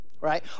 right